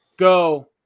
Go